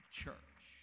church